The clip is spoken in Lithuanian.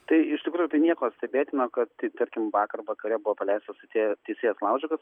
tai iš tikrųjų tai nieko stebėtino kad tai tarkim vakar vakare buvo paleistas atėjo teisėjas laužikas